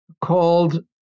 called